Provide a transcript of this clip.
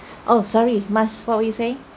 oh sorry mas what were you saying